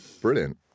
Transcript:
Brilliant